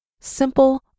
simple